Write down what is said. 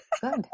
good